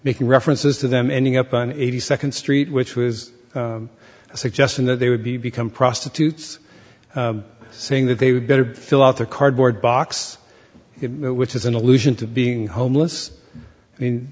making references to them ending up on eighty second street which was a suggestion that they would be become prostitutes saying that they would better fill out their cardboard box which is an allusion to being homeless i mean